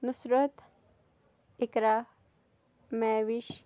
Nusrat Iqra Mahwish